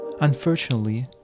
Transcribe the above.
Unfortunately